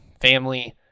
family